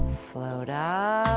float up,